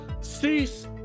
Cease